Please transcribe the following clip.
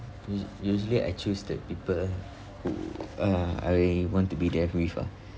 usu~ usually I choose that people who uh I want to be there with ah